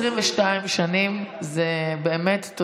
22 שנים זה באמת,